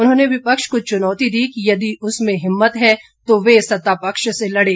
उन्होंने विपक्ष को चुनौती दी कि यदि उसमें हिम्मत है तो वह सत्तापक्ष से लड़ें